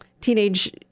teenage